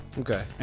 Okay